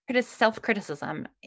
self-criticism